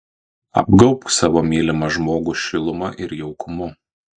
apgaubk savo mylimą žmogų šiluma ir jaukumu